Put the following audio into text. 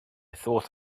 thought